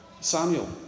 Samuel